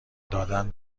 دادن